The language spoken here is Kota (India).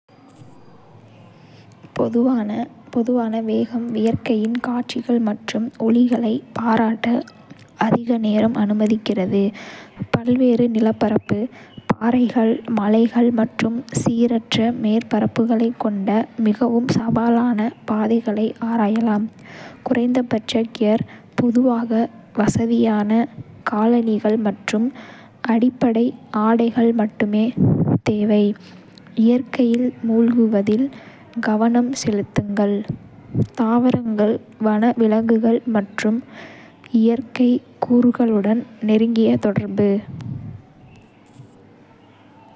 மெதுவான வேகம் இயற்கையின் காட்சிகள் மற்றும் ஒலிகளைப் பாராட்ட அதிக நேரம் அனுமதிக்கிறது. பல்வேறுநிலப்பரப்பு பாறைகள், மலைகள் மற்றும் சீரற்ற மேற்பரப்புகளைக் கொண்ட மிகவும் சவாலானபாதைகளை ஆராயலாம். குறைந்தபட்ச கியர் பொதுவாக வசதியான காலணிகள் மற்றும் அடிப்படை ஆடைகள் மட்டுமே தேவை. இயற்கையில் மூழ்குவதில் கவனம் செலுத்துங்கள். தாவரங்கள், வனவிலங்குகள் மற்றும் இயற்கை கூறுகளுடன் நெருங்கிய தொடர்பு.